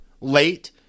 late